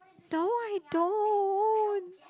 no I don't